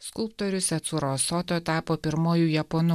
skulptorius etsuro soto tapo pirmuoju japonu